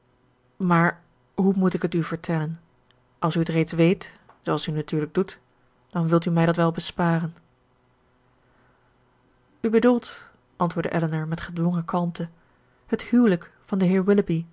maar hoe moet ik het u vertellen als u het reeds weet zooals u natuurlijk doet dan wilt u mij dat wel besparen u bedoelt antwoordde elinor met gedwongen kalmte het huwelijk van den